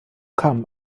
kamen